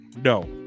no